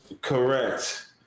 Correct